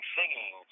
singing